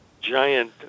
giant